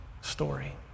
story